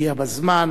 הגיע בזמן,